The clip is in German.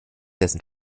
dessen